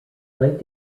laid